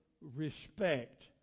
respect